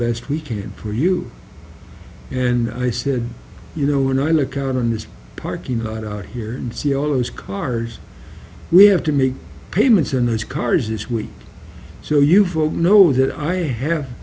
best we can for you and i said you know when i look out on this parking lot out here and see all those cars we have to make payments on those cars this week so you folks know that i have